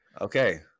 Okay